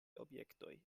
objektoj